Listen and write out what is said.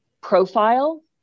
Profile